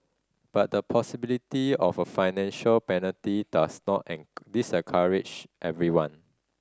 but the possibility of a financial penalty does not discourage everyone